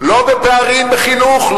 לא בפערים בחינוך,